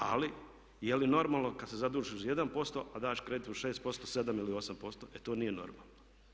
Ali je li normalno kada se zadužiš u 1% a daš kredit u 6%, 7 ili 8%, e to nije normalno.